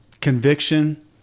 conviction